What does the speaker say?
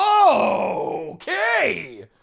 Okay